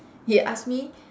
he ask me